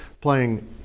playing